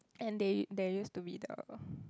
and they they used to be the